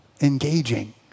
engaging